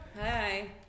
Hi